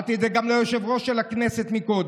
ואמרתי את זה גם ליושב-ראש של הכנסת קודם: